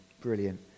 brilliant